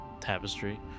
tapestry